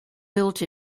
built